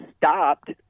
stopped